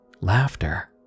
Laughter